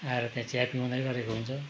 आएर त्यहाँ चिया पिउँदै गरेको हुन्छ